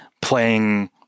playing